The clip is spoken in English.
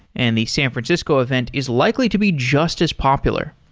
and the san francisco event is likely to be just as popular.